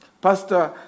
Pastor